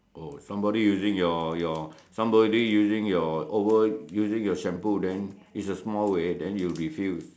oh somebody using your your somebody using over using your shampoo it's a small way then you refuse